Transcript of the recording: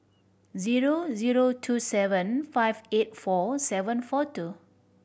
zero zero two seven five eight four seven four two